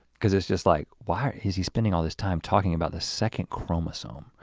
cause it's just like why is he spending all this time talking about the second chromosome?